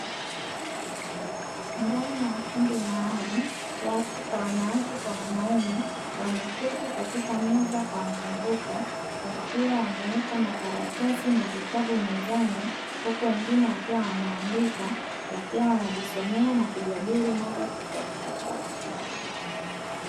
Ndani ya ukumbi maalum watu kwa wanawake kwa wanaume wameketi katika meza kwa mzunguko wakiwa wameweka makaratasi na vitabu mezani huku wengine wakiwa wanaandika wakiwa wanajisomea na kujadili mada tofautitofauti.